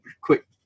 quick